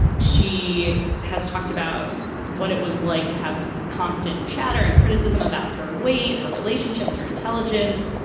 she has talked about what it was like to have constant chatter and criticism about her weight, her relationships, her intelligence.